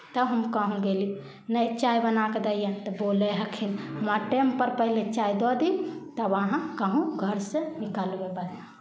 तब हम कहूँ गेली नहि चाय बना कऽ दै हिए तऽ बोलै हथिन हमरा टेमपर पहिले चाय दऽ देब तब अहाँ कहूँ घरसँ निकलबै